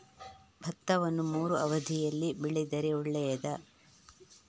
ಭತ್ತವನ್ನು ಮೂರೂ ಅವಧಿಯಲ್ಲಿ ಬೆಳೆದರೆ ಒಳ್ಳೆಯದಾ?